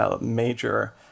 major